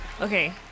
Okay